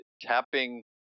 tapping